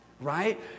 right